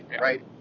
Right